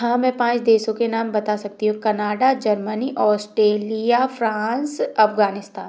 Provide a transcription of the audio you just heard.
हाँ मैं पाँच देशों के नाम बता सकती हूँ Canada Germany Australia France Afghanistan